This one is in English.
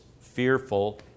fearful